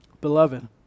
Beloved